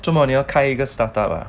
做么你要开一个 startup ah